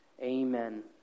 Amen